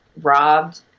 robbed